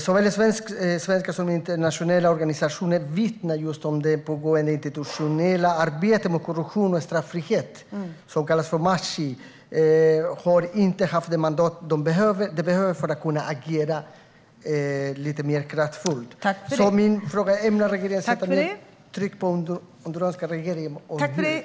Såväl svenska som internationella organisationer vittnar just om att det pågående institutionella arbetet mot korruption och straffrihet som kallas för Maccih inte har haft det mandat som behövs för att kunna agera lite mer kraftfullt. Min fråga blir därför: Ämnar regeringen sätta mer tryck på den honduranska regeringen, och hur?